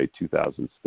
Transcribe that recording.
2006